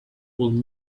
would